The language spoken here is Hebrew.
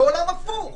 זה עולם הפוך.